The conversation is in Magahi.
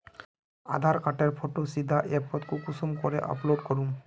आधार कार्डेर फोटो सीधे ऐपोत कुंसम करे अपलोड करूम?